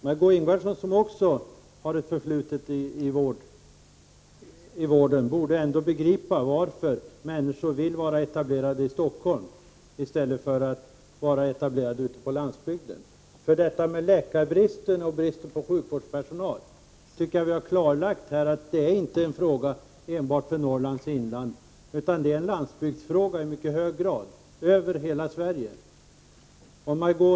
Margö Ingvardsson som också har ett förflutet inom vården borde även begripa varför människor vill etablera sig i Stockholm i stället för ute på landsbygden. Läkarbristen och bristen på sjukvårdspersonal över huvud taget är inte en fråga som enbart handlar om Norrlands inland utan är en landsbygdsfråga som gäller hela Sverige — det tycker jag vi har klarlagt här.